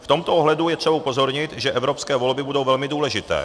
V tomto ohledu je třeba upozornit, že evropské volby budou velmi důležité.